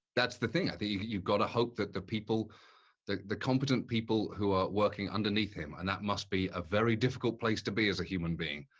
that's the thing. you've you've got to hope that the people the the competent people who are working underneath him, and that must be a very difficult place to be as a human being,